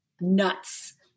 nuts